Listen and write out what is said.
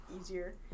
easier